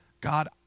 God